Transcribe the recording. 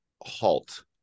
halt